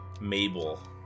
Mabel